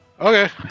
Okay